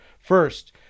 First